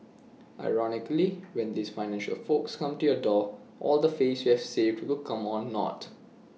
ironically when these financial folks come to your door all the face you've saved will come on naught